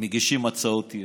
מגישים הצעות אי-אמון,